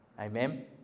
amen